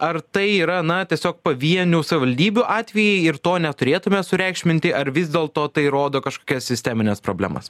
ar tai yra na tiesiog pavienių savivaldybių atvejai ir to neturėtume sureikšminti ar vis dėlto tai rodo kažkokias sistemines problemas